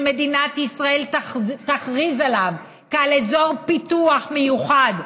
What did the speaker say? שמדינת ישראל תכריז עליו כעל אזור פיתוח מיוחד,